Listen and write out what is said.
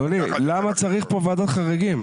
למה צריך ועדת חריגים?